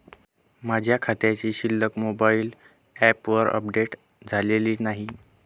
माझ्या खात्याची शिल्लक मोबाइल ॲपवर अपडेट झालेली नाही